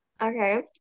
Okay